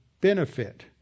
benefit